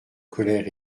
colère